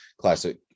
classic